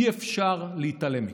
אי-אפשר להתעלם מכך.